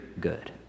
good